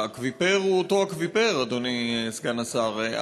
האקוויפר הוא אותו אקוויפר, אדוני סגן השר.